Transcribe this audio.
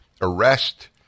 arrest